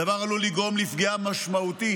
הדבר עלול לגרום לפגיעה משמעותית